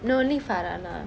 no only farhana